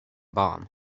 bomb